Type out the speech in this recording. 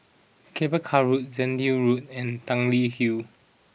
Cable Car Road Road and Tanglin Hill